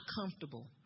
comfortable